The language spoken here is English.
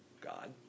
God